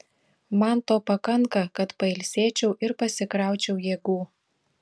man to pakanka kad pailsėčiau ir pasikraučiau jėgų